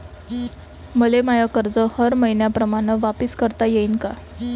मले माय कर्ज हर मईन्याप्रमाणं वापिस करता येईन का?